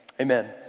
amen